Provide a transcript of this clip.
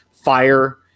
fire